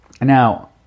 Now